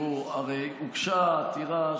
הרי הוגשה עתירה.